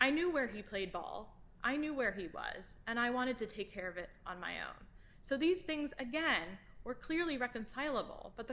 i knew where he played ball i knew where he was and i wanted to take care of it on my own so these things again were clearly reconcilable but